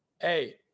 Hey